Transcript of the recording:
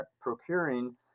procuring